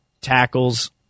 tackles